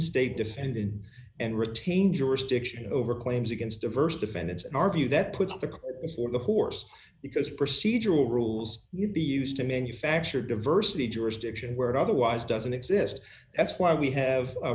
state defended and retain jurisdiction over claims against diverse defendants and argue that puts the cause for the horse because procedural rules you'd be used to manufacture diversity jurisdiction where it otherwise doesn't exist that's why we have a